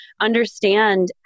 understand